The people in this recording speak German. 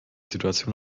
situation